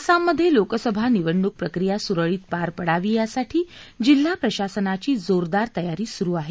आसाम मध्ये लोकसभा निवडणूक प्रक्रिया सुरळीत पार पडावी यासाठी जिल्हा प्रशासनाची जोरदार तयारी सुरु आहे